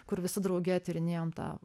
kur visi drauge tyrinėjom tą